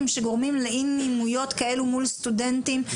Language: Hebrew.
שגורמים לאי נעימויות כאלה מול התלמידים.